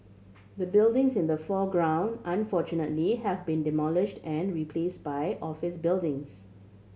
the buildings in the foreground unfortunately have been demolished and replace by office buildings